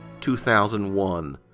2001